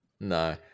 no